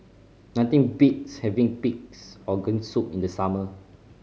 nothing beats having Pig's Organ Soup in the summer